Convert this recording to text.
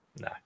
No